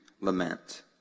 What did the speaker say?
lament